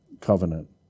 covenant